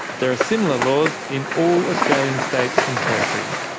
there are similar laws in all australian states and territories.